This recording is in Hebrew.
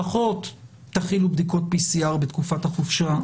לפחות תכינו בדיקות PCR בתקופת החופשה.